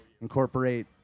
incorporate